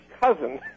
cousin